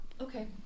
Okay